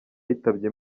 yitabye